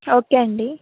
okay అండి